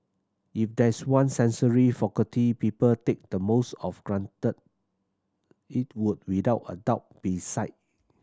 if there is one sensory faculty people take the most of granted it would without a doubt be sight